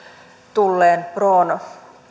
tulleen pron